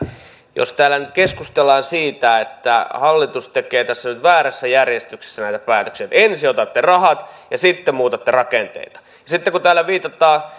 täällä nyt keskustellaan siitä että hallitus tekee tässä nyt väärässä järjestyksessä näitä päätöksiä että ensin otatte rahat ja sitten muutatte rakenteita mutta sitten kun täällä viitataan